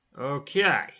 Okay